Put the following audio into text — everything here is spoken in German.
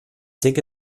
denke